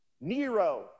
Nero